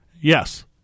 Yes